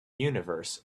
universe